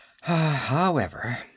However